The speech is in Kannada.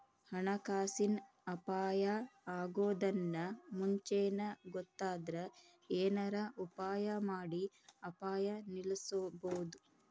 ಹಣಕಾಸಿನ್ ಅಪಾಯಾ ಅಗೊದನ್ನ ಮುಂಚೇನ ಗೊತ್ತಾದ್ರ ಏನರ ಉಪಾಯಮಾಡಿ ಅಪಾಯ ನಿಲ್ಲಸ್ಬೊದು